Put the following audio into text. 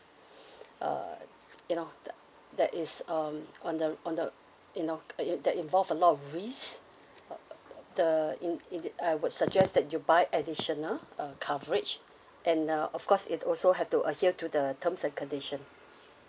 uh you know tha~ that is um on the on the you know uh that involve a lot of risk uh the in~ indeed I would suggest that you buy additional uh coverage and uh of course it also have to adhere to the terms and condition